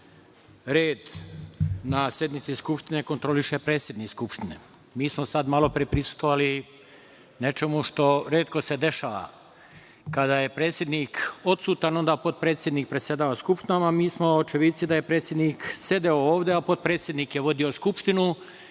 red na sednici Skupštine kontroliše predsednik Skupštine. Mi smo malopre prisustvovali nečemu što se retko dešava. Kada je predsednik odsutan, onda potpredsednik predsedava Skupštinom, a mi smo očevidci da je predsednik sedeo ovde, a potpredsednik je vodio Skupštinu